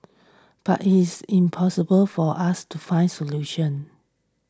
but it's impossible for us to find solutions